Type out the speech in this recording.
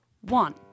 One